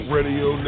Radio